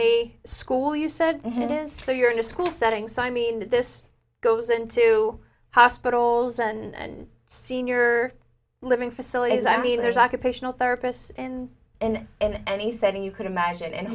a school you said it is so you're in a school setting so i mean this goes into hospitals and senior living facilities i mean there's occupational therapists in and in any setting you could imagine and